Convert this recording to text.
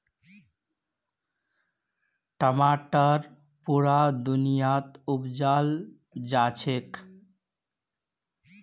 टमाटर पुरा दुनियात उपजाल जाछेक